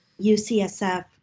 UCSF